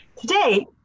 Today